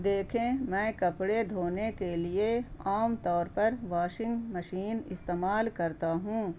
دیکھیں میں کپڑے دھونے کے لیے عام طور پر واشنگ مشین استعمال کرتا ہوں